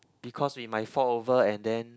because we might fall over and then